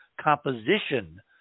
composition